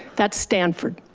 that's stanford.